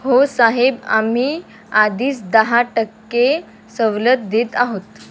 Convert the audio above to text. हो साहेब आम्ही आधीच दहा टक्के सवलत देत आहोत